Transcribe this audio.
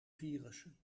virussen